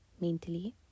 mentally